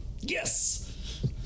Yes